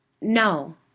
No